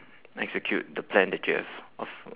execute the plan that you have